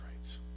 rights